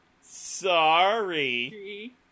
Sorry